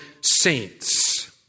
saints